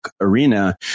Arena